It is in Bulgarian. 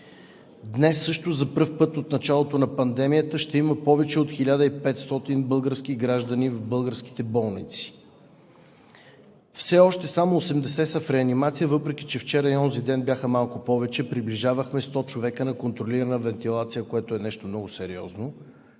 Днес, също за пръв път от началото на пандемията, ще има повече от 1500 български граждани в българските болници. Все още само 80 са в реанимация, въпреки че вчера и онзи ден бяха малко повече – приближавахме 100 човека на контролирана вентилация, което е нещо много сериозно,